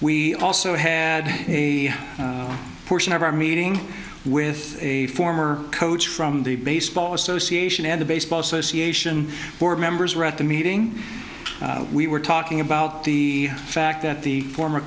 we also had a portion of our meeting with a former coach from the baseball association and the baseball association board members were at the meeting we were talking about the fact that the former